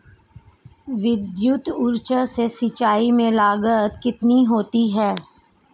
विद्युत ऊर्जा से सिंचाई में लागत कितनी होती है?